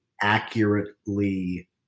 accurately